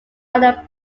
island